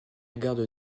garde